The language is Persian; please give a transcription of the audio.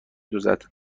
دوزد